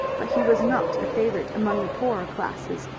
but he was not a favorite among the poorer classes,